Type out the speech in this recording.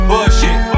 Bullshit